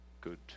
good